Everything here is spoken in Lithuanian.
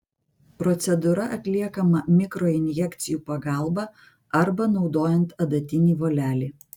procedūra atliekama mikroinjekcijų pagalba arba naudojant adatinį volelį